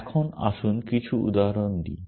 এখন আসুন কিছু উদাহরণ দিই